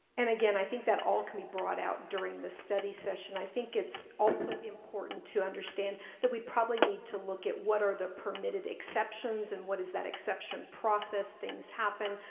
and again, i think that all can be brought out during the study session i think it's also important to understand that we'd probably need to look at what are the permitted exceptions and what is that exception process things happen?